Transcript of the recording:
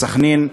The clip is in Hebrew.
בסח'נין,